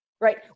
right